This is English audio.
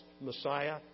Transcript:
Messiah